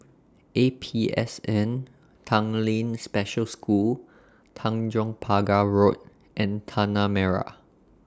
A P S N Tanglin Special School Tanjong Pagar Road and Tanah Merah